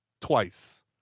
twice